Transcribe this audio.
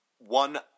One